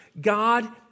god